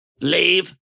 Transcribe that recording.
Leave